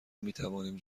میتوانیم